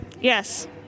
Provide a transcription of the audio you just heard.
Yes